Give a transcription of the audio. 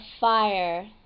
fire